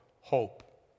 Hope